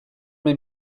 mes